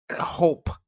hope